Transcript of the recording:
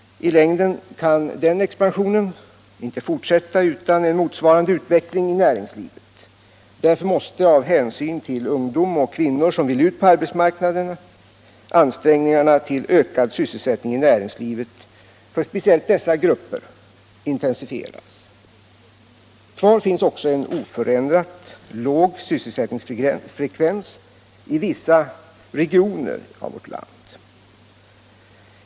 I längden kan denna expansion inte fortsätta utan en motsvarande utveckling i näringslivet. Därför måste av hänsyn till ungdom och kvinnor som vill ut på arbetsmarknaden ansträngningarna till ökad sysselsättning i näringslivet för speciellt dessa grupper intensifieras. Kvar finns också en oförändrat låg sysselsättningsfrekvens i vissa regioner av vårt land.